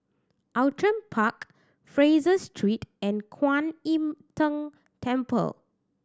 Outram Park Fraser Street and Kuan Im Tng Temple